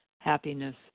happiness